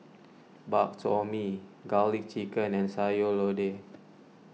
Bak Chor Mee Garlic Chicken and Sayur Lodeh